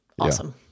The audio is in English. Awesome